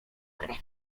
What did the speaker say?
krew